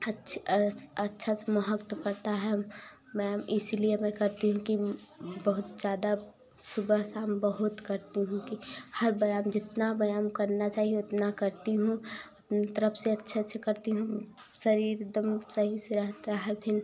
अच्छी अच्छा महत्व पड़ता है मैं इसलिए मैं करती हूँ कि बहुत ज़्यादा सुबह शाम बहुत करती हूँ कि हर व्यायाम जितना व्यायाम करना चाहिए उतना करती हूँ अपनी तरफ से अच्छा अच्छा करती हूँ शरीर एकदम सही से रहता है फिर